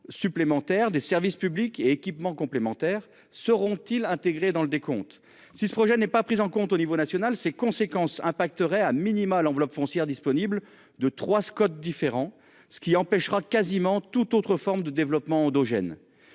supplémentaires des services publics équipements complémentaires seront-ils intégrés dans le décompte si ce projet n'est pas pris en compte au niveau national ces conséquences impacterait a minima l'enveloppe foncière disponible de 3 Scott différents ce qui empêchera quasiment toute autre forme de développement endogène.